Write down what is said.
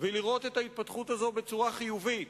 ולראות את ההתפתחות הזאת בצורה חיובית.